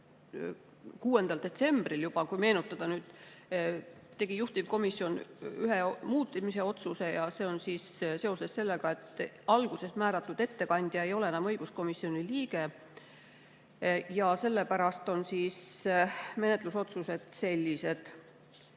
6. detsembril juba – kui meenutada – tegi juhtivkomisjon ühe muutmise otsuse, seda seoses sellega, et alguses määratud ettekandja ei ole enam õiguskomisjoni liige. Sellepärast on menetlusotsused sellised.